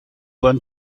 won